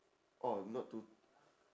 oh not to